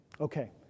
Okay